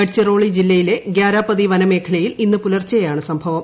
ഗഡ്ചിറോളി ജില്ലയിലെ ഗ്യാരാപ്പതി വനമേഖലയിൽ ഇന്ന് പുലർച്ചെയാണ് സംഭവം